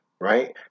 right